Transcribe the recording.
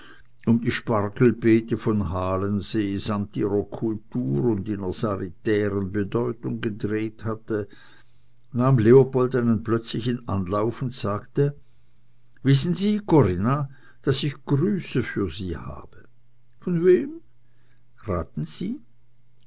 um die spargelbeete von halensee samt ihrer kultur und ihrer sanitären bedeutung gedreht hatte nahm leopold einen plötzlichen anlauf und sagte wissen sie corinna daß ich grüße für sie habe von wem raten sie